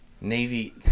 Navy